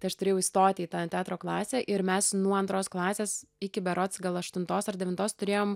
tai aš turėjau įstoti į tą teatro klasę ir mes nuo antros klasės iki berods gal aštuntos ar devintos turėjom